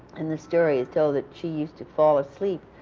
and the story is told that she used to fall asleep,